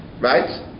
Right